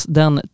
den